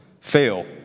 fail